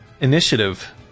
Initiative